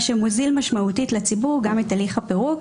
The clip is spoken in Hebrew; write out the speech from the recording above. מה שמוזיל משמעותית לציבור את הליך הפירוק,